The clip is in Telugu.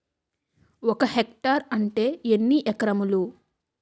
ఒక హెక్టార్ అంటే ఎన్ని ఏకరములు?